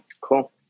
Cool